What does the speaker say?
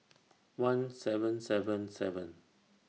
one seven seven seven